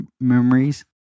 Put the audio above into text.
memories